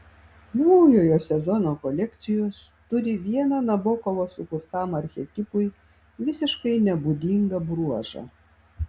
naujojo sezono kolekcijos turi vieną nabokovo sukurtam archetipui visiškai nebūdingą bruožą